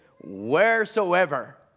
wheresoever